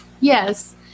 Yes